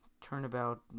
Turnabout